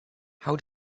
how